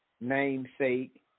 namesake